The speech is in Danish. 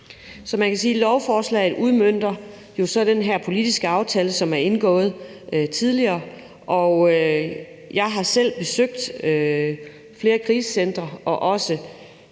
Man kan sige, at lovforslaget udmønter den politiske aftale, som er indgået tidligere. Jeg har selv besøgt flere krisecentre og også